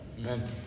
Amen